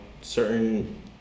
certain